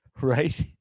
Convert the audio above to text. Right